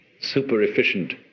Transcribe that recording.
super-efficient